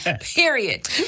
period